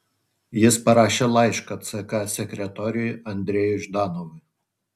jis parašė laišką ck sekretoriui andrejui ždanovui